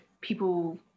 people